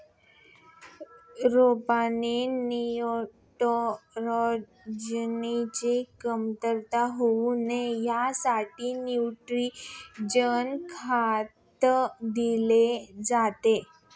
रोपांना नायट्रोजनची कमतरता होऊ नये यासाठी नायट्रोजन खत दिले जाते